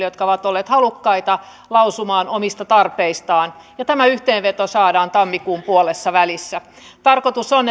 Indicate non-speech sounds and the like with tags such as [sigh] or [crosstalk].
[unintelligible] jotka ovat olleet halukkaita lausumaan omista tarpeistaan ja tämä yhteenveto saadaan tammikuun puolessavälissä tarkoitus on [unintelligible]